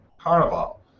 Carnival